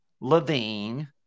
Levine